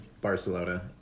Barcelona